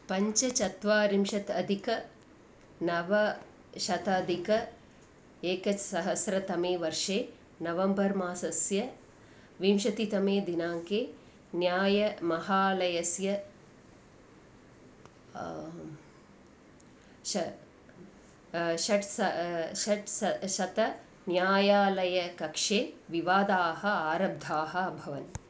पञ्चचत्वारिंशत् अधिकनवशताधिके एकसहस्रतमे वर्षे नवम्बर् मासस्य विंशतितमे दिनाङ्के न्यायमहालयस्य ष षट् स षट् स शतं न्यायालयकक्षे विवादाः आरब्धाः अभवन्